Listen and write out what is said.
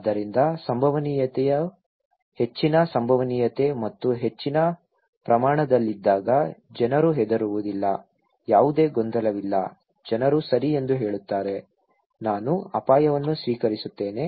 ಆದ್ದರಿಂದ ಸಂಭವನೀಯತೆಯು ಹೆಚ್ಚಿನ ಸಂಭವನೀಯತೆ ಮತ್ತು ಹೆಚ್ಚಿನ ಪ್ರಮಾಣದಲ್ಲಿದ್ದಾಗ ಜನರು ಹೆದರುವುದಿಲ್ಲ ಯಾವುದೇ ಗೊಂದಲವಿಲ್ಲ ಜನರು ಸರಿ ಎಂದು ಹೇಳುತ್ತಾರೆ ನಾನು ಅಪಾಯವನ್ನು ಸ್ವೀಕರಿಸುತ್ತೇನೆ